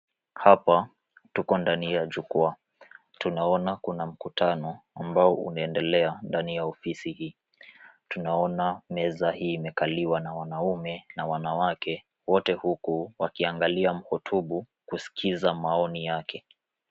Hapa tuko ndani ya jukwaa. Tunaona kuna mkutano ambao unaendelea ndani ya ofisi hii. Tunaona meza hii imekaliwa na wanaume na wanawake , wote huku wakiangalia mhutubu kuskiza maoni yake.